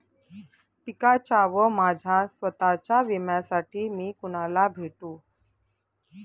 पिकाच्या व माझ्या स्वत:च्या विम्यासाठी मी कुणाला भेटू?